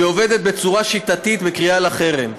שעובדת בצורה שיטתית, קריאה לחרם.